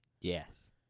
Yes